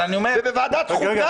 ובוועדת חוקה,